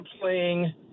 playing